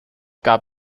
gab